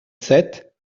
sept